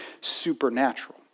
supernatural